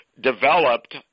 developed